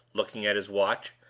looking at his watch,